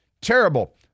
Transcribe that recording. Terrible